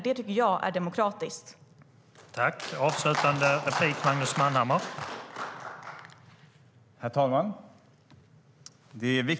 Det tycker jag är demokratiskt.